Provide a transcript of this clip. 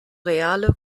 reale